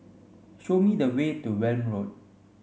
show me the way to Welm Road